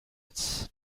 its